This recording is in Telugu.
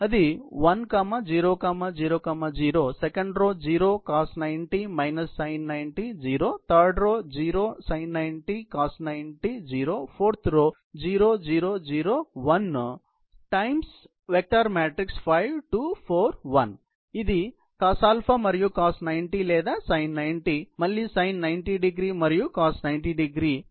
1 0 0 0 0 cos90 sin90 0 0 sin90 cos90 0 0 0 0 15 2 4 1ఇది cosα మరియు cos 90º లేదా sin 90º మరియు మళ్ళీ sin90º మరియు cos90º